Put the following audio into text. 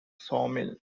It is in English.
sawmill